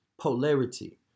polarity